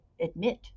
admit